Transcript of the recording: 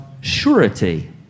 surety